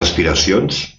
aspiracions